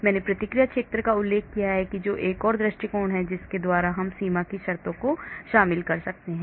मैंने प्रतिक्रिया क्षेत्र का भी उल्लेख किया है जो एक और दृष्टिकोण है जिसके द्वारा हम सीमा की शर्तों को शामिल कर सकते हैं